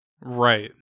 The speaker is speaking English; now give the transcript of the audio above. right